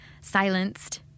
silenced